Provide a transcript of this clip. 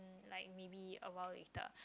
like maybe a while later